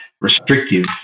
restrictive